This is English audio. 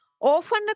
Often